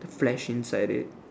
flesh inside it